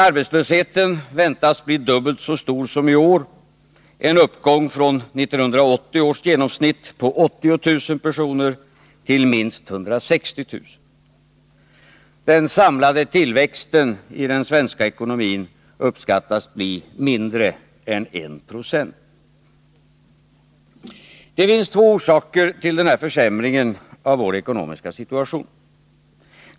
Arbetslösheten väntas bli dubbelt så stor som i år — en uppgång från 1980 års genomsnitt på 80 000 till minst 160 000. Den samlade tillväxten i ekonomin uppskattas bli mindre än 1 96. Det finns två orsaker till denna försämring av vår ekonomiska situation.